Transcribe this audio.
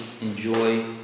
enjoy